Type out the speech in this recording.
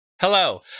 Hello